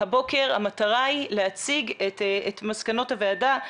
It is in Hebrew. הבוקר המטרה היא להציג את מסקנות הוועדה.